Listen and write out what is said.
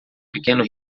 pequeno